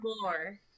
more